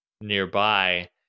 nearby